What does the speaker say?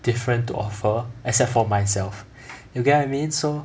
different to offer except for myself you get what I mean so